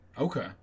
Okay